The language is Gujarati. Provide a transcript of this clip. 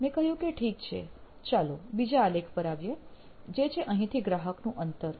મેં કહ્યું કે ઠીક છે ચાલો બીજા આલેખ પાર આવીએ જે છે અહીં થી ગ્રાહકનું અંતર